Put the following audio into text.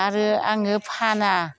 आरो आङो फाना